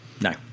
No